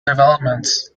developments